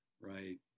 right